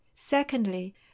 secondly